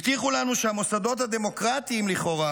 הבטיחו לנו שהמוסדות הדמוקרטיים לכאורה